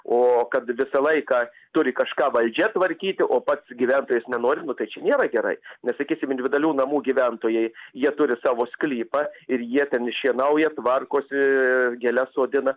o kad visą laiką turi kažką valdžia tvarkyti o pats gyventojas nenori nu tai čia nėra gerai nes sakysim individualių namų gyventojai jie turi savo sklypą ir jie ten ir šienauja tvarkosi gėles sodina